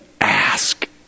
ask